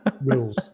rules